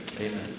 Amen